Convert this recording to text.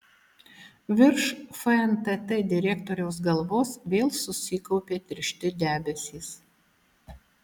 virš fntt direktoriaus galvos vėl susikaupė tiršti debesys